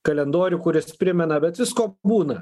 kalendorių kuris primena bet visko būna